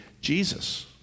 Jesus